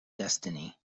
destiny